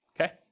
Okay